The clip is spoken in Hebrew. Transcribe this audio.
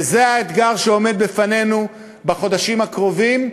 וזה האתגר שעומד בפנינו בחודשים הקרובים,